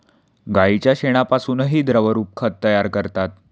गाईच्या शेणापासूनही द्रवरूप खत तयार करतात